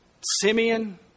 Simeon